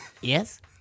Yes